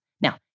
Now